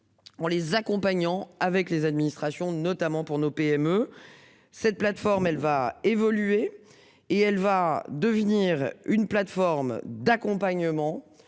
En les accompagnant avec les administrations notamment pour nos PME. Cette plateforme, elle va évoluer et elle va devenir une plateforme d'accompagnement